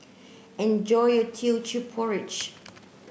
enjoy your Teochew Porridge